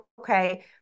okay